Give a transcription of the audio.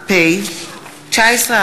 לתיקון פקודת